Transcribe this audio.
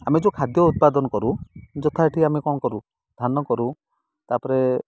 ଆମେ ଯେଉଁ ଖାଦ୍ୟ ଉତ୍ପାଦନ କରୁ ଯଥା ଏଇଠି ଆମେ କ'ଣ କରୁ ଧାନ କରୁ ତାପରେ